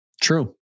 True